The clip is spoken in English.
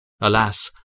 Alas